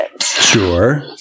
Sure